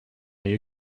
you